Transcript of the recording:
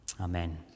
Amen